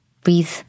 Breathe